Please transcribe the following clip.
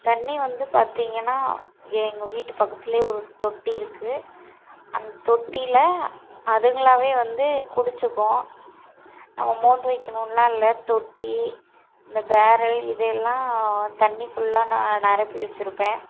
தண்ணி வந்து பார்த்திங்கனா எங்கள் வீட்டு பக்கத்துல ஒரு தொட்டி இருக்கு அந்த தொட்டியில அதுங்களாகவே வந்து குடிச்சிக்கும் நம்ம மோந்து வைக்கணுன்லான் இல்லை தொட்டி இந்த பேரல் இதெல்லாம் தண்ணி ஃபுல்லாக நான் நிறப்பி வச்சியிருப்பன்